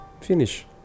finish